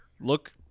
look